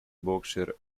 boxer